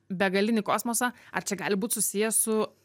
begalinį kosmosą ar čia gali būt susiję su